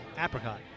apricot